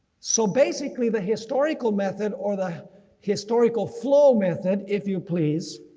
so basically the historical method, or the historical flow method if you please,